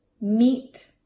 meet